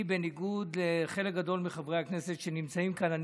בניגוד לחלק גדול מחברי הכנסת שנמצאים כאן,